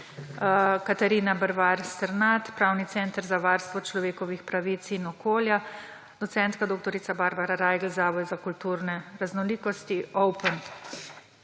Katarina Bervar Sternad, Pravni center za varstvo človekovih pravic in okolja, doc. dr. Barbara Rajgelj, Zavod za kulturne raznolikosti Open.